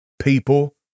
people